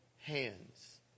hands